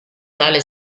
tale